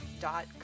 dot